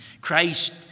Christ